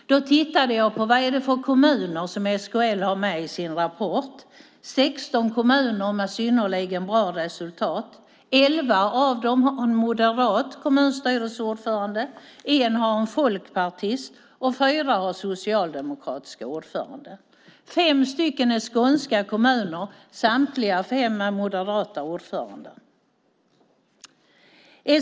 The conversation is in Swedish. Jag tittade på vilka kommuner som SKL har med i sin rapport. Det är 16 kommuner med synnerligen bra resultat. Elva av dem har en moderat kommunstyrelseordförande, en har en folkpartistisk och fyra har en socialdemokratisk ordförande. Det är fem skånska kommuner, och samtliga fem har moderata ordförande.